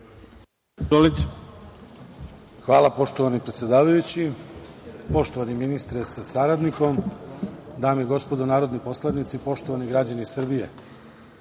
Hvala, poštovani predsedavajući. Poštovani ministre sa saradnikom, dame i gospodo narodni poslanici, poštovani građani Srbije,